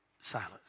Silence